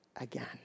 again